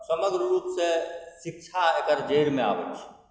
समग्र रूपसँ शिक्षा एकर जड़िमे आबैत छै